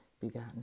begotten